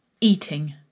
Eating